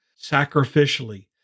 sacrificially